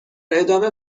ادامه